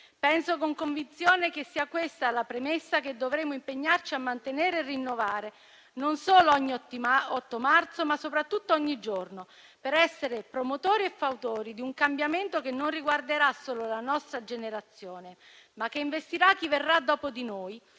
Penso con convinzione che sia questa la premessa che dovremo impegnarci a mantenere e rinnovare, non solo ogni 8 marzo, ma ogni giorno, per essere promotori e fautori di un cambiamento che non riguarderà solo la nostra generazione, ma che investirà chi verrà dopo di noi